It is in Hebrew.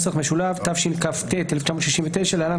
התשכ"ט 1969 (להלן,